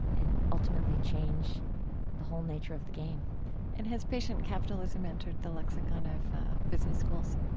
and ultimately change the whole nature of the game and has patient capitalism entered the lexicon of business schools?